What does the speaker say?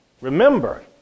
Remember